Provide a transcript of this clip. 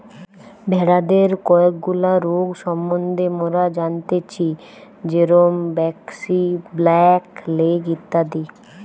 ভেড়াদের কয়েকগুলা রোগ সম্বন্ধে মোরা জানতেচ্ছি যেরম ব্র্যাক্সি, ব্ল্যাক লেগ ইত্যাদি